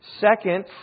Second